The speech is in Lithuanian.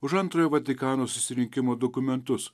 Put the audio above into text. už antrojo vatikano susirinkimo dokumentus